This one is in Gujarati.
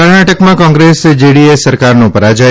કર્ણાટકામાં કોંગ્રેસ જેડીએસ સરકારનો પરાજય